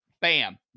bam